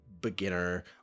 beginner